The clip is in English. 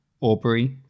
Aubrey